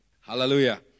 Hallelujah